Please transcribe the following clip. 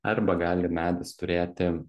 arba gali medis turėti